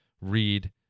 read